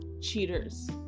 cheaters